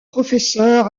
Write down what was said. professeur